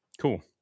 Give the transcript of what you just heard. cool